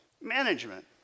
management